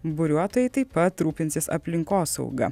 buriuotojai taip pat rūpinsis aplinkosauga